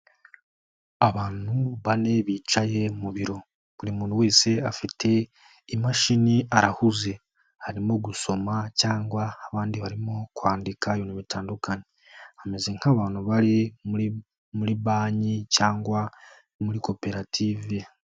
Abantu bane bicaye mu biro, buri muntu wese afite imashini arahuze, arimo gusoma cyangwa abandi barimo kwandika ibintu bitandukanye, bameze nk'abantu bari muri banki cyangwa muri koperative.